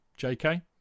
JK